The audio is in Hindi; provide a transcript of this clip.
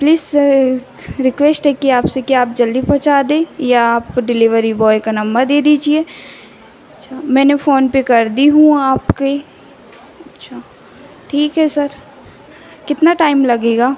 प्लीज रिक्वेस्ट है कि आपसे कि आप जल्दी पहुँचा दें या आप डिलिवरी ब्वॉय का नम्बर दे दीजिए अच्छा मैंने फ़ोनपे कर दिया है आपके अच्छा ठीक है सर कितना टाइम लगेगा